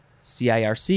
CIRC